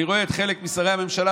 אני רואה את חלק משרי הממשלה,